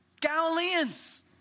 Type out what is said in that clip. Galileans